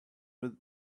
with